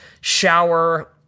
shower